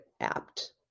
apt